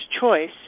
Choice